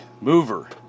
mover